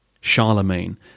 Charlemagne